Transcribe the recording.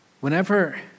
Whenever